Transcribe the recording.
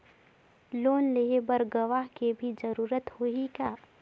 Loan लेहे बर गवाह के भी जरूरत होही का?